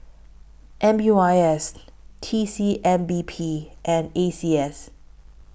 M U I S T C M B P and A C S